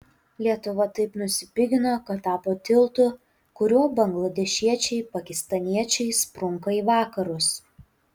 lietuva taip nusipigino kad tapo tiltu kuriuo bangladešiečiai pakistaniečiai sprunka į vakarus